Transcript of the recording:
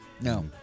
no